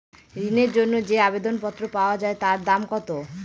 ঋণের জন্য যে আবেদন পত্র পাওয়া য়ায় তার দাম কত?